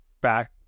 back